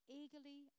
eagerly